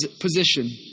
position